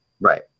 Right